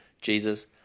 Jesus